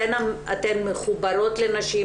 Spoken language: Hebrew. אתן מחוברות לנשים,